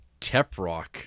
Teprock